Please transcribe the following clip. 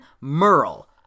Merle